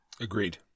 Agreed